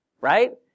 right